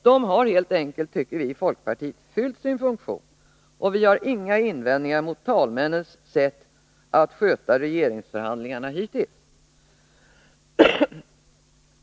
De har helt enkelt, tycker vi i folkpartiet, fyllt sin funktion, och vi har inga invändningar mot talmännens sätt att sköta regeringsförhandlingarna hittills.